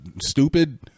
stupid